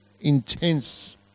intense